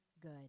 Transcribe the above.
good